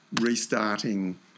restarting